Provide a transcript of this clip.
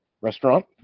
restaurant